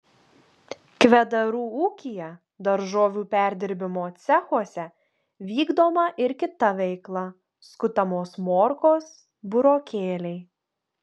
kvedarų ūkyje daržovių perdirbimo cechuose vykdoma ir kita veikla skutamos morkos burokėliai